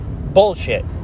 bullshit